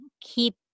keep